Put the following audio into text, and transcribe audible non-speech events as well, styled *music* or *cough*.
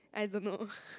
I don't know *laughs*